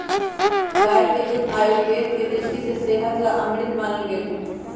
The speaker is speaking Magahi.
गाय के दूध आयुर्वेद के दृष्टि से सेहत ला अमृत मानल गैले है